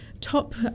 top